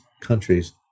countries